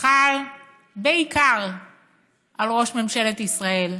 חל בעיקר על ראש ממשלת ישראל.